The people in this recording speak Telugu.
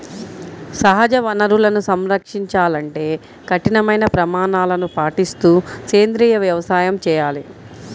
సహజ వనరులను సంరక్షించాలంటే కఠినమైన ప్రమాణాలను పాటిస్తూ సేంద్రీయ వ్యవసాయం చేయాలి